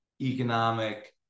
economic